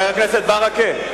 חבר הכנסת ברכה,